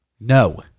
no